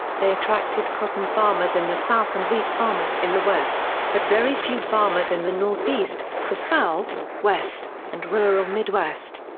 they attracted cotton farmers in the south and wheat farmers in the west, but very few farmers in the northeast the south, west, and rural midwest.